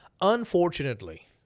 Unfortunately